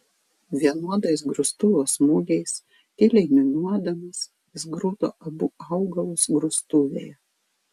vienodais grūstuvo smūgiais tyliai niūniuodamas jis grūdo abu augalus grūstuvėje